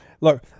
look